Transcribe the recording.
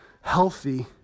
healthy